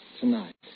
tonight